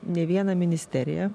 ne vieną ministeriją